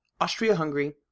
Austria-Hungary